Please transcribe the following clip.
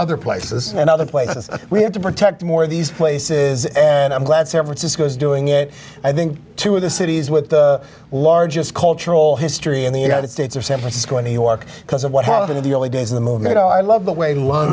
other places and other places we had to protect more of these places and i'm glad san francisco's doing it i think two of the cities with the largest cultural history in the united states are san francisco and new york because of what happened in the early days of the movement i love the way